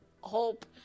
hope